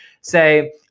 say